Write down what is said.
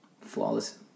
flawless